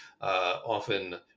often